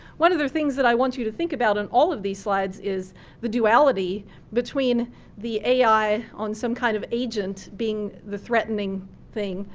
one of the things that i want you to think about on all of the slides is the duality between the ai on some kind of agent being the threatening thing,